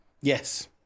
Yes